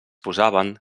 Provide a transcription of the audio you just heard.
posaven